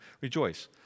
Rejoice